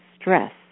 stress